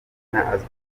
nyarwanda